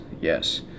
yes